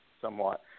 somewhat